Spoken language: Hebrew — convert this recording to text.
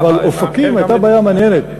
אבל, אופקים הייתה בעיה מעניינת.